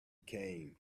came